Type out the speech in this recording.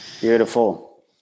Beautiful